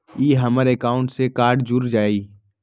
ई हमर अकाउंट से कार्ड जुर जाई?